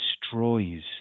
destroys